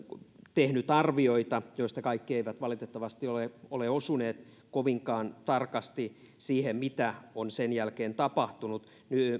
tehnyt arvioita joista kaikki eivät valitettavasti ole ole osuneet kovinkaan tarkasti oikeaan siihen nähden mitä on sen jälkeen tapahtunut